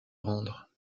rendre